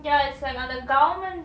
ya it's like அந்த:antha government